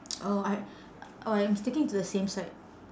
oh I oh I'm sticking to the same side